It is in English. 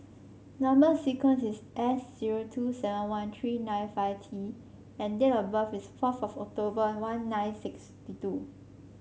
number sequence is S zero two seven one three nine five T and date of birth is four for October one nine six two